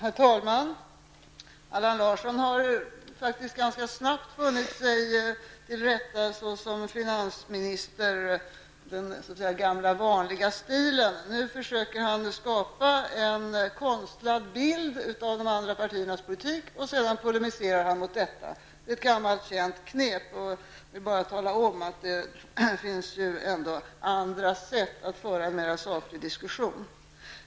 Herr talman! Allan Larsson har faktiskt ganska snabbt funnit sig till rätta som en finansminister i den gamla vanliga stilen. Nu skapar han en konstlad bild av de andra partiernas politik och polemiserar sedan mot denna bild. Det är ett gammalt känt knep, men vill man föra en saklig diskussion, är detta inte det bästa sättet.